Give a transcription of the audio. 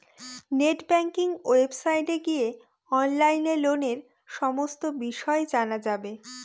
net banking ওয়েবসাইটে গিয়ে অনলাইনে লোনের সমস্ত বিষয় জানা যাবে